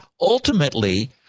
ultimately